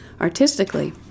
artistically